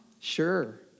Sure